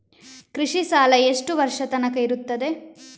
ಕೃಷಿ ಸಾಲ ಎಷ್ಟು ವರ್ಷ ತನಕ ಇರುತ್ತದೆ?